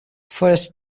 first